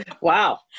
Wow